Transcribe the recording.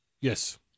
Yes